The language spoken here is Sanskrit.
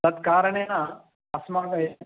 तत्कारणेन अस्माकं विषये